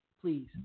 Please